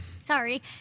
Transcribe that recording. Sorry